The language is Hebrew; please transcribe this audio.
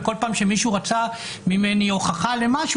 ובכל פעם כשמישהו רצה ממני הוכחה למשהו,